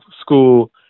school